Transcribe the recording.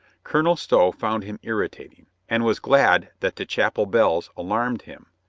colonel stow found him irritating, and was glad that the chapel bells alarmed him,